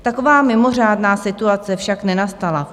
Taková mimořádná situace však nenastala.